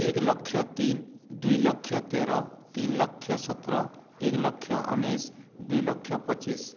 ଏକ ଲକ୍ଷ ତିନି ଦୁଇ ଲକ୍ଷ ତେର ତିନି ଲକ୍ଷ ସତର ଏକ ଲକ୍ଷ ଉଣେଇଶି ଦୁଇ ଲକ୍ଷ ପଚିଶି